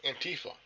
Antifa